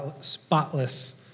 spotless